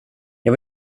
jag